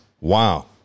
Wow